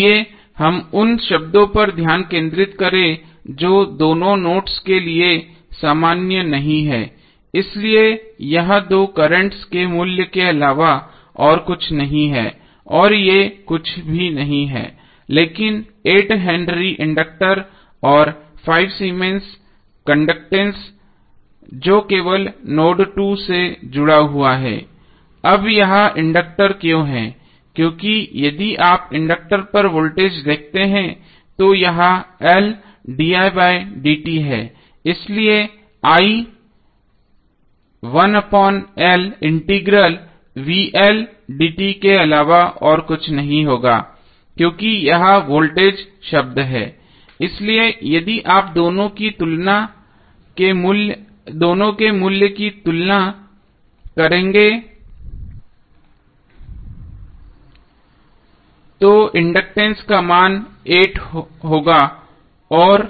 आइए हम उन शब्दों पर ध्यान केंद्रित करें जो दोनों नोड्स के लिए सामान्य नहीं हैं इसलिए यह दो कर्रेंटस के मूल्य के अलावा और कुछ नहीं हैं और ये कुछ भी नहीं हैं लेकिन 8 हेनरी इंडक्टर और 5 सीमेंस कंडक्टैंस जो केवल नोड 2 से जुड़ा हुआ है अब यह इंडक्टर क्यों है क्योंकि यदि आप इंडक्टर पर वोल्टेज को देखते हैं तो यह L di बाय dt है इसलिए i one upon L integral dt के अलावा और कुछ नहीं होगा क्योंकि यह वोल्टेज शब्द है इसलिए यदि आप दोनों के मूल्य की तुलना करेंगे तो इंडक्टेंस का मान 8 होगा और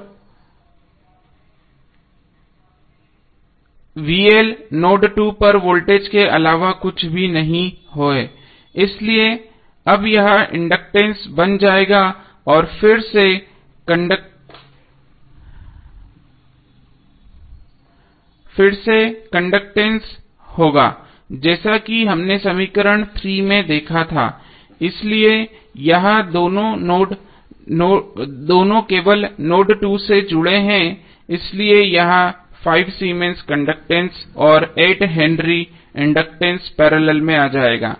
नोड 2 पर वोल्टेज के अलावा कुछ भी नहीं है इसलिए अब यह इंडक्टेंस बन जाएगा और यह फिर से कंडक्टैंस होगा जैसा कि हमने समीकरण 3 में देखा था इसलिए यह दोनों केवल नोड 2 से जुड़े हैं इसलिए यह 5 सीमेंस कंडक्टैंस और 8 हेनरी इंडक्टेंस पैरेलल में आ जाएगा